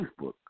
Facebook